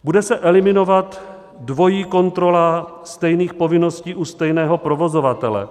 Bude se eliminovat dvojí kontrola stejných povinností u stejného provozovatele.